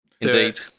Indeed